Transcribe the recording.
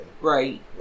Right